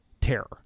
terror